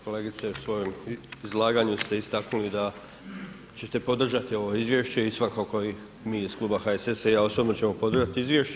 Kolegice u svojem izlaganju ste istaknuli da ćete podržati ovo izvješće i svakako i mi iz kluba HSS-a i ja osobno ćemo podržati izvješće.